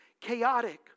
chaotic